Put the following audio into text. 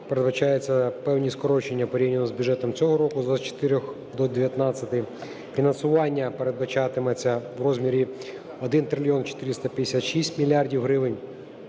передбачаються певні скорочення в порівнянні з бюджетом цього року з 24 до 19. Фінансування передбачатиметься в розмірі 1 трильйон 456 мільярдів